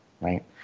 right